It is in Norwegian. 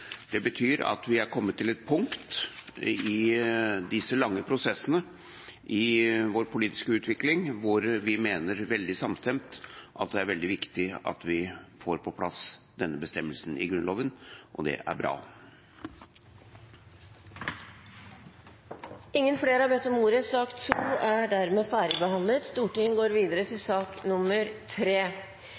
Det betyr at vi er kommet til et punkt i disse lange prosessene i vår politiske utvikling der vi mener, veldig samstemt, at det er veldig viktig at vi får på plass denne bestemmelsen i Grunnloven, og det er bra. Flere har ikke bedt om ordet til sak nr. 2. I denne saken er